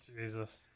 jesus